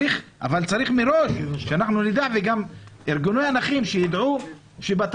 אבל צריך מראש שאנחנו נדע וגם שארגוני הנכים ידעו באיזה